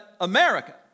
America